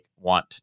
want